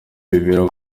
bibera